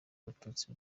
abatutsi